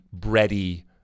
bready